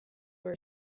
were